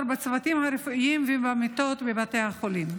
בצוותים הרפואיים ובמיטות בבתי החולים?